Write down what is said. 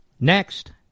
next